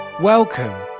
Welcome